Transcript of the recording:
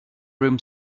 room